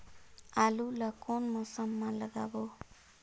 आलू ला कोन मौसम मा लगाबो?